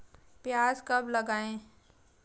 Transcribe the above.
प्याज कब लगाएँ?